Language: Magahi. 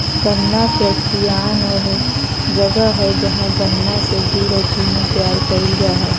गन्ना फैक्ट्रियान ऊ जगह हइ जहां गन्ना से गुड़ अ चीनी तैयार कईल जा हइ